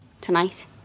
Tonight